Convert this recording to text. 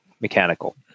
mechanical